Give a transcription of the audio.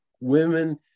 women